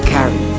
Carry